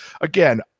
again